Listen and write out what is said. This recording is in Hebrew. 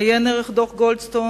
עיין ערך דוח גולדסטון,